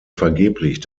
vergeblich